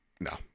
no